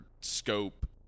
scope